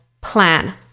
plan